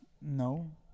No